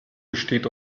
besteht